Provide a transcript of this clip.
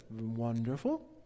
Wonderful